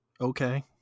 Okay